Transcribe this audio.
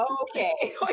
Okay